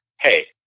hey